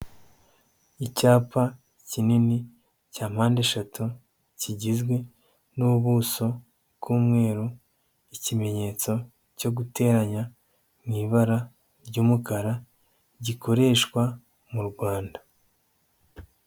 Icyapa kinini cya mpandeshatu, kigizwe n'ubuso bw'umweru, ikimenyetso cyo guteranya mu ibara ry'umukara gikoreshwa mu Rwanda.